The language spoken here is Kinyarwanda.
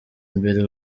imbere